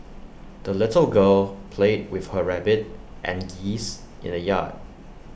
the little girl played with her rabbit and geese in the yard